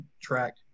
track